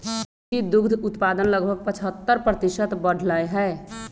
कृषि दुग्ध उत्पादन लगभग पचहत्तर प्रतिशत बढ़ लय है